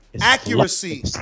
accuracy